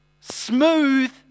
smooth